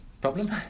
problem